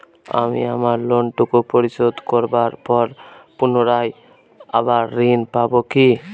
আমি আমার লোন টুকু পরিশোধ করবার পর পুনরায় আবার ঋণ পাবো কি?